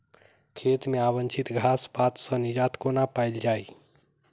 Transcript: खेत मे अवांछित घास पात सऽ निजात कोना पाइल जाइ?